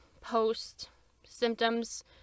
post-symptoms